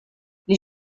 les